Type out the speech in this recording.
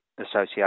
Association